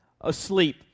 asleep